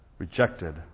Rejected